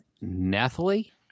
Nathalie